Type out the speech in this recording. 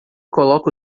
coloca